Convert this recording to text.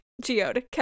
Geode